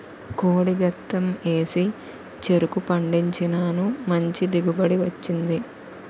కోడి గెత్తెం ఏసి చెరుకు పండించినాను మంచి దిగుబడి వచ్చింది